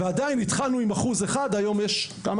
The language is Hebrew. ועדיין, התחלנו עם 1%, היום יש 10%,